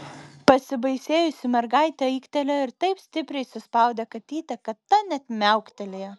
pasibaisėjusi mergaitė aiktelėjo ir taip stipriai suspaudė katytę kad ta net miauktelėjo